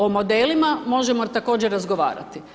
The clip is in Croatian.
O modelima možemo također razgovarati.